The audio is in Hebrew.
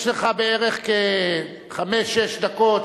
יש לך בערך חמש-שש דקות,